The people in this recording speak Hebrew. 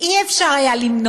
לא היה אפשר למנוע,